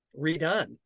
redone